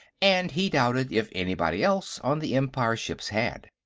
and he doubted if anybody else on the empire ships had.